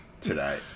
today